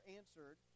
answered